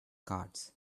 cards